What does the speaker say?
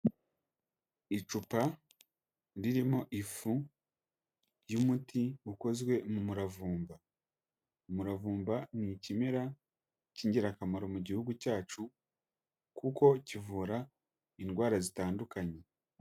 Icupa ririmo ifu y'umuti ukozwe mu muravumba. Umuravumba ni ikimera cy'ingirakamaro mu gihugu cyacu, kuko kivura indwara zitandukanye.